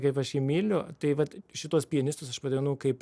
kaip aš jį myliu tai vat šituos pianistus aš vadinu kaip